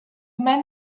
men